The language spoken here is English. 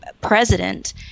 president